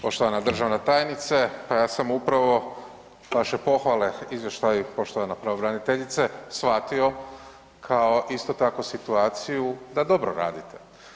Poštovana državna tajnice, pa ja sam upravo vaše pohvale izvještaju poštovana pravobraniteljice shvatio kao isto tako situaciju da dobro radite.